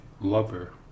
lover